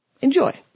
Enjoy